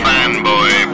Fanboy